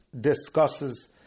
discusses